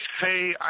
hey